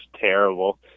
terrible